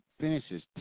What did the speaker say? finishes